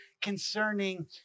concerning